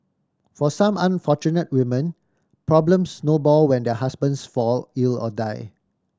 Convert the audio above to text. for some unfortunate women problems snowball when their husbands fall ill or die